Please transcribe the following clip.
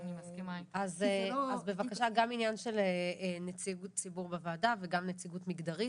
אז בבקשה גם עניין של נציגות ציבור בוועדה וגם נציגות מגדרית.